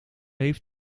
heeft